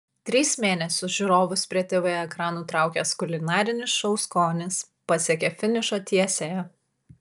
tris mėnesius žiūrovus prie tv ekranų traukęs kulinarinis šou skonis pasiekė finišo tiesiąją